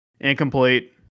Incomplete